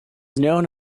known